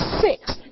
six